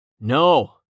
No